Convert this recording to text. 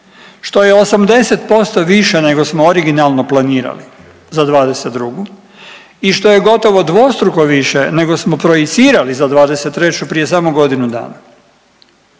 što je 80% više nego smo originalno planirali za '22. i što je gotovo dvostruko više nego smo projicirali za '23. prije samo godinu dana.